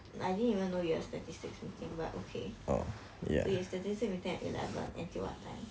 I didn't even know you have statistics meeting but okay so your statistics meeting at eleven until what time